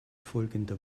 folgender